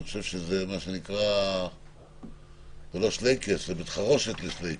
אני חושב שזה לא שלייקס, זה בית חרושת לשלייקס.